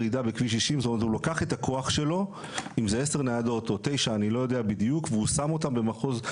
אם אתה לוקח שנה בשנה --- אני לא יכול להשוות שנה לחצי שנה.